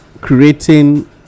creating